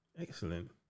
Excellent